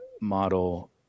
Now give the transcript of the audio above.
model